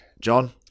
John